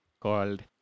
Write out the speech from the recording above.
called